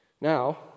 Now